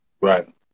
Right